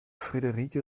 friederike